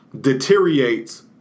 deteriorates